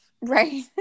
Right